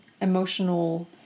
emotional